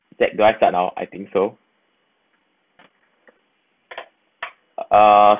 that guy start now I think so uh